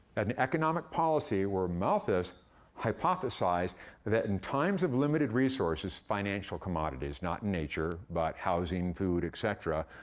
an economic policy where malthus hypothesized that in times of limited resources, financial commodities not nature but housing, food, etcetera,